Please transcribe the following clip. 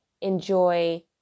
enjoy